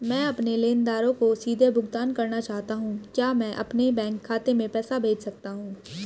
मैं अपने लेनदारों को सीधे भुगतान करना चाहता हूँ क्या मैं अपने बैंक खाते में पैसा भेज सकता हूँ?